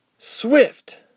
Swift